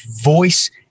voice